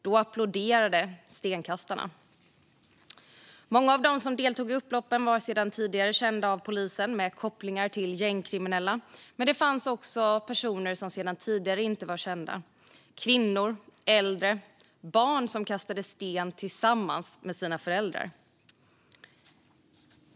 Då applåderade stenkastarna. Många av dem som deltog i upploppen var sedan tidigare kända av polisen och har kopplingar till gängkriminella. Men det fanns också personer som sedan tidigare inte var kända av polisen: kvinnor, äldre och barn som kastade sten tillsammans med sina föräldrar.